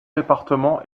départements